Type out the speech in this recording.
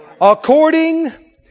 According